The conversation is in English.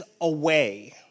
away